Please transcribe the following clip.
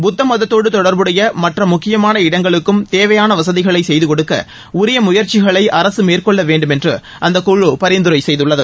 புத்த மதத்தோடு தொடர்புடைய மற்ற முக்கியமான இடங்களுக்கும் தேவையாள வசதிகளை செய்து கொடுக்க உரிய முயற்சிகளை அரசு மேற்கொள்ள வேண்டுமென்றும் அந்தக்குழு பரிந்துரை செய்துள்ளது